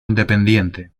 independiente